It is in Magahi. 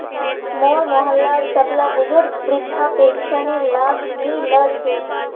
मोर मोहल्लार सबला बुजुर्गक वृद्धा पेंशनेर लाभ मि ल छेक